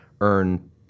earn